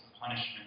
punishment